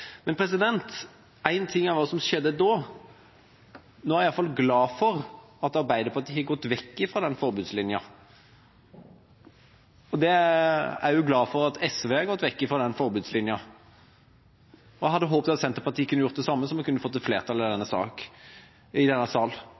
Men én ting er hva som skjedde da. Nå er jeg i hvert fall glad for at Arbeiderpartiet har gått vekk fra forbudslinja. Jeg er også glad for at SV har gått vekk fra denne forbudslinja, og jeg hadde håpet at Senterpartiet kunne ha gjort det samme, så vi kunne ha fått et flertall i denne sal. Men når en først er i gang med denne